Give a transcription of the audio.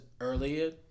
Earlier